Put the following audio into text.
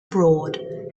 broad